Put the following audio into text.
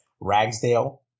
Ragsdale